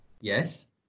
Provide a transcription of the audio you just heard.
Yes